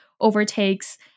overtakes